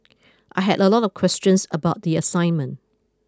I had a lot of questions about the assignment